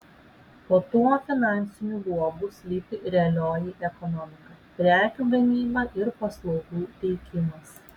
po tuo finansiniu luobu slypi realioji ekonomika prekių gamyba ir paslaugų teikimas